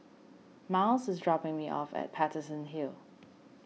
Myles is dropping me off at Paterson Hill